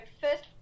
first